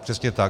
Přesně tak.